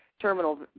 terminal